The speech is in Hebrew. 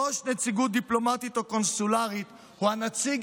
ראש נציגות דיפלומטית או קונסולרית הוא הנציג